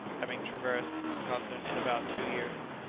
having traversed the continent in about two years.